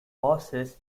horses